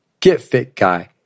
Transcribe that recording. getfitguy